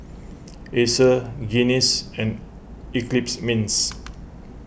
Acer Guinness and Eclipse Mints